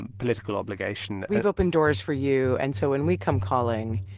and political obligation we've opened doors for you, and so when we come calling,